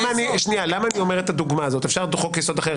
אפשר לקחת כדוגמה חוק יסוד אחר,